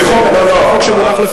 חבר הכנסת מולה.